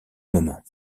moment